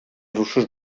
russos